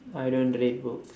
I don't read books